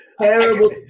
terrible